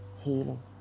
healing